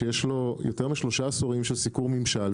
שיש לו יותר משלושה עשורים של סיקור ממשל,